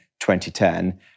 2010